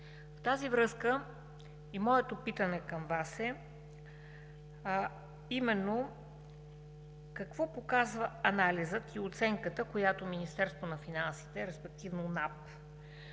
В тази връзка моето питане към Вас е: какво именно показва анализът и оценката, която Министерството на финансите, респективно